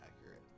accurate